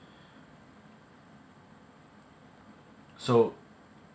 so